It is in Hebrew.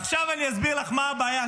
--- עכשיו אני אסביר לך מה הבעיה,